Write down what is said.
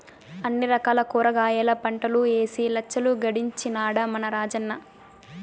అన్ని రకాల కూరగాయల పంటలూ ఏసి లచ్చలు గడించినాడ మన రాజన్న